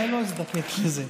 אני לא אזדקק לזה.